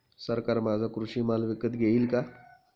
सरकार माझा कृषी माल विकत घेईल का?